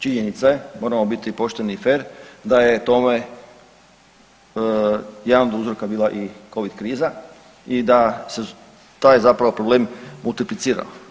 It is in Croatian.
Činjenica je, moramo biti pošteni i fer da je tome jedan od uzroka bila i Covid kriza i da se taj zapravo problem multiplicirao.